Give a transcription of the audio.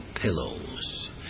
pillows